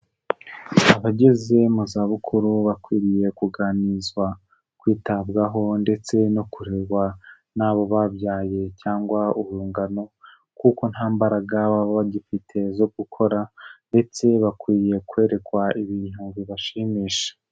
Abageze mu zabukuru bakwiriye kuganirizwa, kwitabwaho ndetse no kurerwa n'abo babyaye cyangwa urungano kuko nta mbaraga baba bagifite zo gukora ndetse bakwiye kwerekwa ibintu bibashimisha.